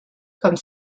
comme